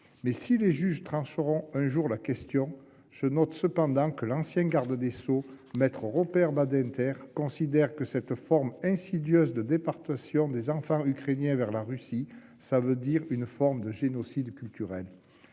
Les juges trancheront un jour la question, mais je note que l'ancien garde des sceaux, M Robert Badinter, considère que « cette forme insidieuse de déportation des enfants ukrainiens vers la Russie [est] une forme de génocide culturel